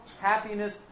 happiness